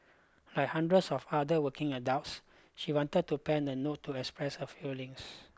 like hundreds of other working adults she wanted to pen a note to express her feelings